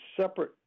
separate